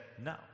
no